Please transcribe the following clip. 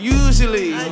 usually